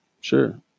sure